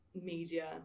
media